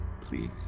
Please